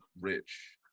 rich